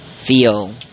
Feel